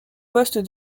poste